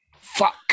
Fuck